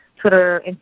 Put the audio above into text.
Twitter